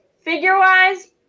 Figure-wise